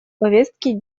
повестки